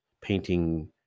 painting